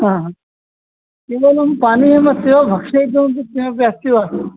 हा केवलं पानीयम् अस्ति वा भक्षय किञ्चत् किमपि अस्ति वा